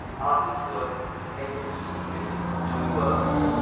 artists were able to submit two works.